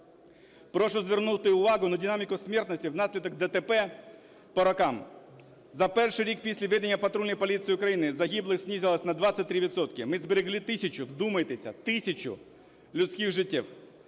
Прошу звернути увагу на динаміку смертності внаслідок ДТП по роках. За перший рік після введення Патрульної поліції України загиблих знизилось на 23 відсотки. Ми зберегли тисячу, вдумайтесь, тисячу людських життів.